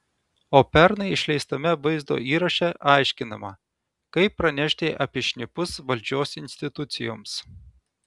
o pernai išleistame vaizdo įraše aiškinama kaip pranešti apie šnipus valdžios institucijoms